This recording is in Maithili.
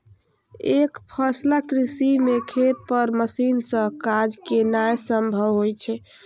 एकफसला कृषि मे खेत पर मशीन सं काज केनाय संभव होइ छै